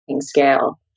scale